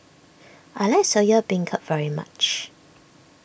I like Soya Beancurd very much